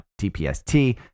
TPST